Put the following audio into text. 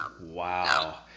wow